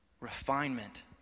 Refinement